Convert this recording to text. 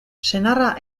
senarra